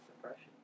Depression